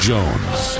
Jones